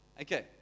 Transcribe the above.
okay